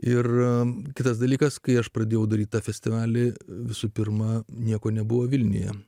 ir kitas dalykas kai aš pradėjau daryti festivalį visų pirma nieko nebuvo vilniuje